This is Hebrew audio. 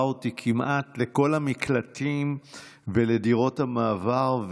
אותי כמעט לכל המקלטים ולדירות המעבר,